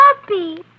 puppy